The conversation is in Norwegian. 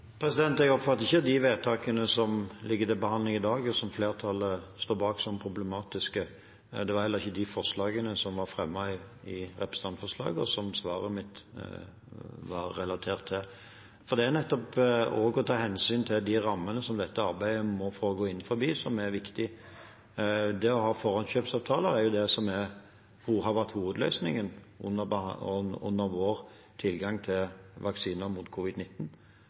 som ligger til behandling i dag, og som flertallet står bak, som problematiske. Det var heller ikke de forslagene som var fremmet i representantforslaget, og som svaret mitt var relatert til. Det er nettopp det å ta hensyn til rammene som dette arbeidet må foregå innenfor, som er viktig. Det å ha forhåndskjøpsavtaler har vært hovedløsningen når det gjelder vår tilgang til vaksiner mot covid-19. Så det er